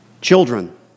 Children